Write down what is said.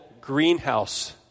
greenhouse